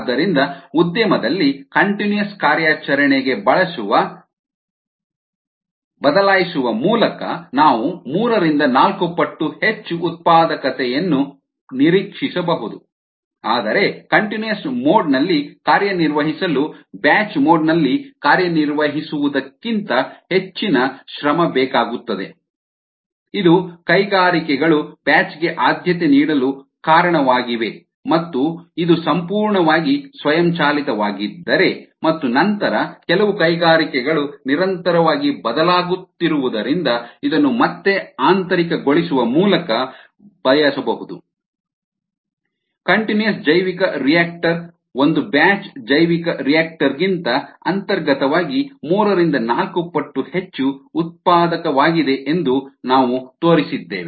ಆದ್ದರಿಂದ ಉದ್ಯಮದಲ್ಲಿ ಕಂಟಿನ್ಯೂಸ್ ಕಾರ್ಯಾಚರಣೆಗೆ ಬದಲಾಯಿಸುವ ಮೂಲಕ ನಾವು ಮೂರರಿಂದ ನಾಲ್ಕು ಪಟ್ಟು ಹೆಚ್ಚು ಉತ್ಪಾದಕತೆಯನ್ನು ನಿರೀಕ್ಷಿಸಬಹುದು ಆದರೆ ಕಂಟಿನ್ಯೂಸ್ ಮೋಡ್ ನಲ್ಲಿ ಕಾರ್ಯನಿರ್ವಹಿಸಲು ಬ್ಯಾಚ್ ಮೋಡ್ ನಲ್ಲಿ ಕಾರ್ಯನಿರ್ವಹಿಸುವುದಕ್ಕಿಂತ ಹೆಚ್ಚಿನ ಶ್ರಮ ಬೇಕಾಗುತ್ತದೆ ಇದು ಕೈಗಾರಿಕೆಗಳು ಬ್ಯಾಚ್ ಗೆ ಆದ್ಯತೆ ನೀಡಲು ಕಾರಣವಾಗಿದೆ ಮತ್ತು ಅದು ಸಂಪೂರ್ಣವಾಗಿ ಸ್ವಯಂಚಾಲಿತವಾಗಿದ್ದರೆ ಮತ್ತು ನಂತರ ಕೆಲವು ಕೈಗಾರಿಕೆಗಳು ನಿರಂತರವಾಗಿ ಬದಲಾಗುತ್ತಿರುವುದರಿಂದ ಇದನ್ನು ಮತ್ತೆ ಆಂತರಿಕಗೊಳಿಸುವ ಮೂಲಕ ಬಯಸಬಹುದು ಕಂಟಿನ್ಯೂಸ್ ಜೈವಿಕರಿಯಾಕ್ಟರ್ ಒಂದು ಬ್ಯಾಚ್ ಜೈವಿಕರಿಯಾಕ್ಟರ್ ಗಿಂತ ಅಂತರ್ಗತವಾಗಿ ಮೂರರಿಂದ ನಾಲ್ಕು ಪಟ್ಟು ಹೆಚ್ಚು ಉತ್ಪಾದಕವಾಗಿದೆ ಎಂದು ನಾವು ತೋರಿಸಿದ್ದೇವೆ